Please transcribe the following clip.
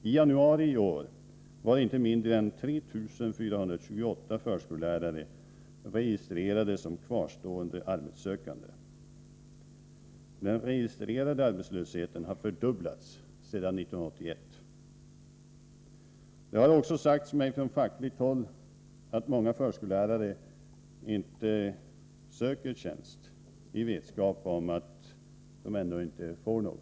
I januari i år var inte mindre än 3 428 förskollärare registrerade som kvarstående arbetssökande. Den registrerade arbetslösheten har fördubblats sedan 1981. Det har också sagts mig från fackligt håll att många förskollärare inte söker tjänst, i vetskap om att de ändå inte får någon.